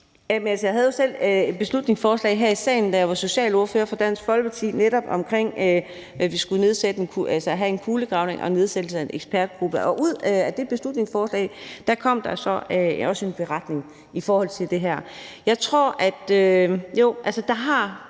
Jeg havde jo selv et beslutningsforslag her i salen, da jeg var socialordfører for Dansk Folkeparti, netop om, at vi skulle have en kulegravning og nedsætte en ekspertgruppe. Ud af det beslutningsforslag kom der så også en beretning om det her. Jo, der har